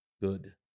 good